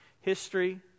history